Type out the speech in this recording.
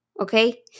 Okay